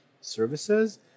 services